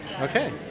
Okay